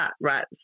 Right